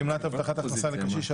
גמלת הבטחת הכנסה לקשיש),